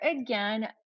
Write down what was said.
again